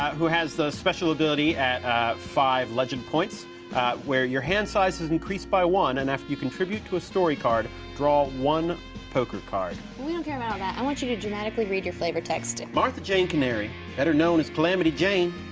who has the special ability at five legend points where your hand size is increased by one and after you contribute to a story card, draw one poker card. we don't care about all that, i want you to dramatically read your flavor text. martha jane canary, better known as calamity jane,